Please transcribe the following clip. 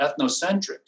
ethnocentric